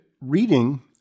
reading